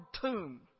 tomb